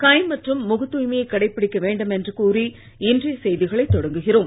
கை மற்றும் முகத் தூய்மையை கடைபிடிக்க வேண்டும் என்று கூறி இன்றைய செய்திகளை தொடங்குகிறோம்